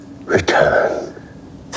return